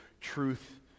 truth